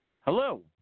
Hello